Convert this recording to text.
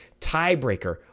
tiebreaker